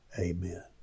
amen